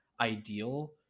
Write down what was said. ideal